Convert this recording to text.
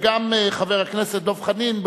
וגם חבר הכנסת דב חנין,